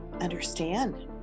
understand